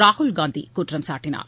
ராகுல் காந்திகுற்றம் சாட்டினார்